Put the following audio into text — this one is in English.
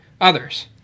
others